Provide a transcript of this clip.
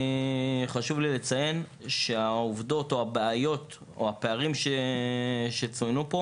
חשוב לי לציין שהעובדות או הבעיות או הפערים שצוינו פה